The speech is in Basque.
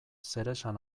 zeresan